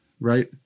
right